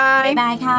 Bye-bye